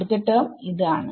അടുത്ത ടെർമ് ആണ്